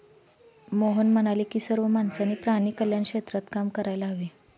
मोहन म्हणाले की सर्व माणसांनी प्राणी कल्याण क्षेत्रात काम करायला हवे